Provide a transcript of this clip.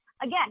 again